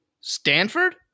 Stanford